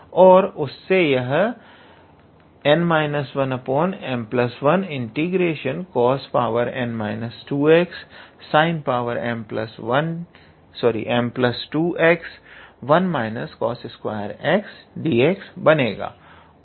और उससे यह m1cosn 2xsinm2x1 cos2xdx बनेगा